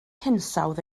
hinsawdd